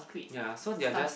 ya so they are just